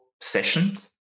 sessions